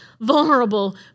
vulnerable